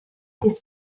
this